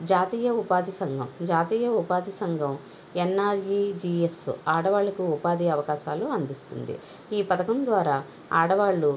జాతీయ ఉపాధి సంఘం జాతీయ ఉపాధి సంఘం ఆడవాళ్లకు ఉపాధి అవకాశాలను ఈ పథకం ద్వారా ఆడవాళ్లు